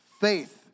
faith